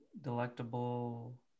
delectable